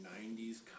90s